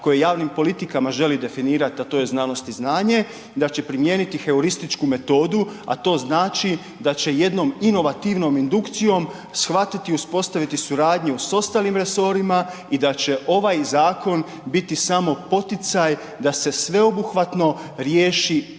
koji javnim politikama želi definirati, a to je znanost i znanje, da će primijeniti heurističku metodu, a to znači da će jednom inovativnom indukcijom shvatiti i uspostaviti suradnju s ostalim resorima i da će ovaj zakon biti samo poticaj da se sveobuhvatno riješi